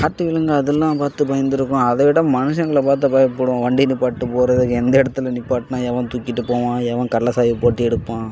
காட்டு விலங்கு அதெல்லாம் பார்த்து பயந்திருக்கோம் அதை விட மனுஷங்களை பார்த்து பயப்படுவோம் வண்டி நிற்பாட்டு போறதுக்கு எந்த இடத்துல நிற்பாட்டுனா எவன் தூக்கிட்டுப் போவான் எவன் கள்ள சாவியை போட்டு எடுப்பான்